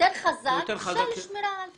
יותר חזק, של שמירה על פערים.